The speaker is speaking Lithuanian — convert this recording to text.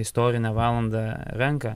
istorinę valandą ranką